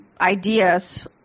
ideas